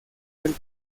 del